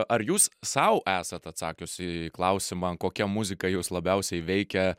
ar jūs sau esat atsakiusi į klausimą kokia muzika jus labiausiai veikia